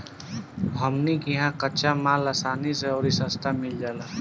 हमनी किहा कच्चा माल असानी से अउरी सस्ता मिल जाला